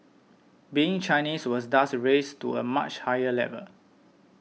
being Chinese was thus raised to a much higher level